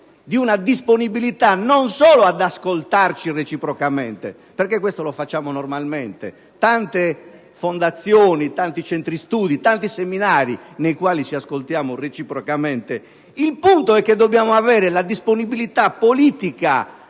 di una disponibilità non solo ad ascoltarci reciprocamente, perché questo lo facciamo normalmente in tante fondazioni, tanti centri studi e seminari nei quali ci ascoltiamo reciprocamente. Il punto è che dobbiamo avere la disponibilità politica